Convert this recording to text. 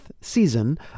season